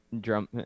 drum